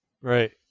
Right